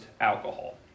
alcohol